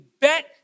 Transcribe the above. bet